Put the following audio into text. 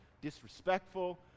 disrespectful